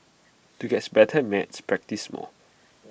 to gets better at maths practise more